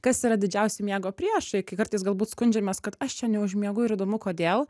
kas yra didžiausi miego priešai kai kartais galbūt skundžiamės kad aš čia neužmiegu ir įdomu kodėl